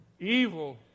Evil